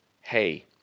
hey